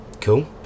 cool